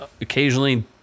occasionally